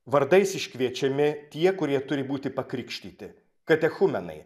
vardais iškviečiami tie kurie turi būti pakrikštyti katechumenai